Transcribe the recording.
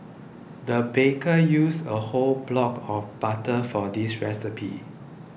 the baker used a whole block of butter for this recipe